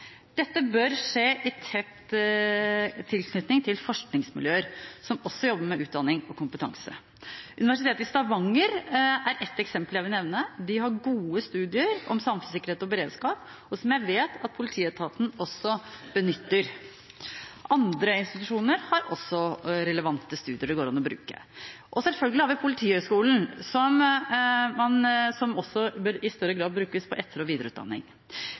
Dette bør skje i tett tilknytning til forskningsmiljøer som også jobber med utdanning og kompetanse. Universitetet i Stavanger er ett eksempel jeg vil nevne. De har gode studier om samfunnssikkerhet og beredskap, som jeg vet at politietaten også benytter. Andre institusjoner har også relevante studier det går an å bruke. Og selvfølgelig har vi Politihøgskolen, som også i større grad bør brukes på etter- og videreutdanning.